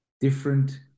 different